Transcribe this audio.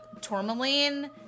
Tourmaline